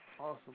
Awesome